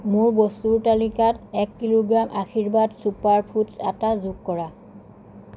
মোৰ বস্তুৰ তালিকাত এক কিলোগ্ৰাম আশীৰ্বাদ চুপাৰ ফুডছ আটা যোগ কৰা